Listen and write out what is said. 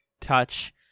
touch